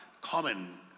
common